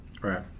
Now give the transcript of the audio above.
Right